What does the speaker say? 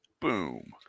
Boom